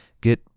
get